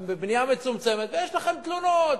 בבנייה מצומצמת, ויש לכם תלונות.